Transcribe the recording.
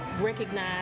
recognize